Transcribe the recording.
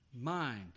mind